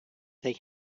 they